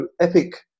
Epic